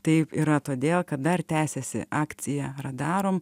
taip yra todėl kad dar tęsiasi akcija darom